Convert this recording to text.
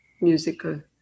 musical